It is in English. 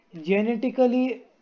genetically